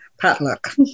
potluck